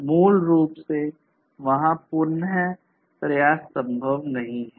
मूल रूप से वहाँ पुनः प्रयास संभव नहीं है